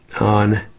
on